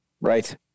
Right